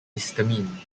histamine